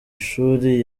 ishuri